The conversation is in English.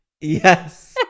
Yes